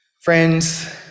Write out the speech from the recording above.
Friends